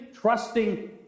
trusting